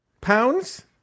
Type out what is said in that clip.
Pounds